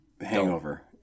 hangover